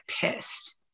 pissed